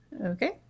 Okay